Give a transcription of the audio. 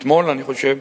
אתמול, אני חושב,